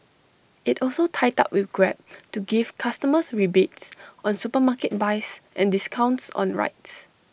IT also tied up with grab to give customers rebates on supermarket buys and discounts on rides